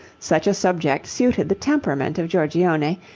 such a subject suited the temperament of giorgione,